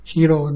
Hero